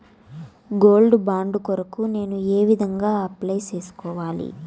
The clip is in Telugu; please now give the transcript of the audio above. గోల్డ్ బాండు కొరకు నేను ఏ విధంగా అప్లై సేసుకోవాలి?